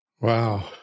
Wow